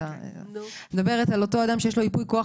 אני מדברת על אותו אדם שיש לו ייפוי כוח